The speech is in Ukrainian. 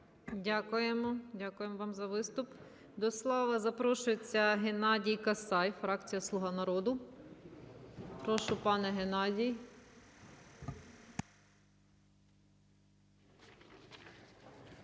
Дякуємо. Дякуємо вам за виступ. До слова запрошується Геннадій Касай, фракція "Слуга народу". Прошу, пане Геннадій.